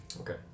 Okay